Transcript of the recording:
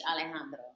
Alejandro